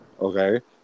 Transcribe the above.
okay